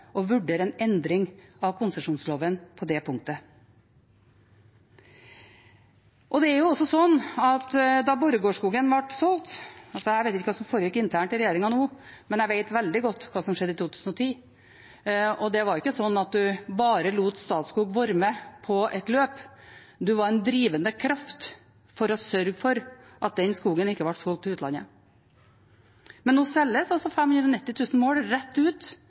og vurdere en endring av konsesjonsloven på det punktet. Jeg vet ikke hva som har foregått internt i regjeringen nå, men jeg vet veldig godt hva som skjedde i 2010, da Borregaard-skogen ble solgt, og det var ikke slik at en bare lot Statskog være med på et løp – en var en drivende kraft for å sørge for at den skogen ikke ble solgt til utlandet. Men nå selges altså 590 000 mål rett ut